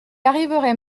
arriverait